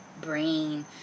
brain